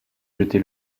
jeté